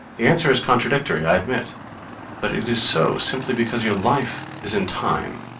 answer is contradictory, i admit but it is so simply because your life is in time,